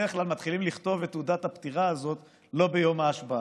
בדרך כלל מתחילים לכתוב את תעודת הפטירה הזאת לא ביום ההשבעה.